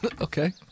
Okay